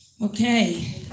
Okay